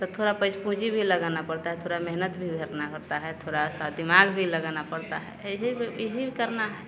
तो थोड़ा पैसा पूंजी भी लगाना पड़ता है थोड़ा मेहनत भी करना पड़ता है थोड़ा सा दिमाग भी लगाना पड़ता है यही यही करना है